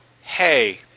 hey